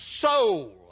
soul